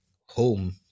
home